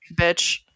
bitch